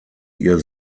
ihr